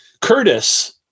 Curtis